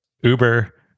Uber